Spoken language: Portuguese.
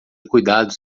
cuidados